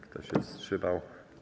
Kto się wstrzymał?